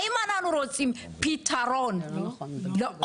האם אנחנו רוצים פתרון לעומק,